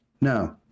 No